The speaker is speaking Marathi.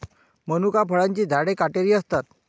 मनुका फळांची झाडे काटेरी असतात